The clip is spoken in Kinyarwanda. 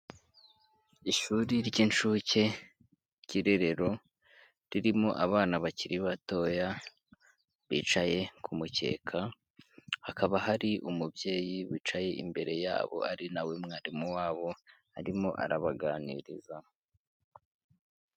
Ishuri ry'incuke ry'irerero ririmo abana bakiri batoya bicaye ku mukeka, hakaba hari umubyeyi wicaye imbere yabo ari na we mwarimu wabo arimo arabaganiriza.